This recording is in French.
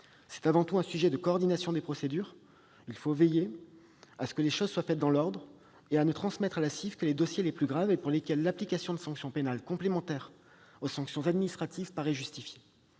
C'est avant tout un sujet de coordination des procédures. Il faut veiller à ce que les choses soient faites dans l'ordre et à ne transmettre à la CIF que les dossiers les plus graves et pour lesquels l'application de sanctions pénales complémentaires aux sanctions administratives paraît justifiée.